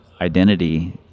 identity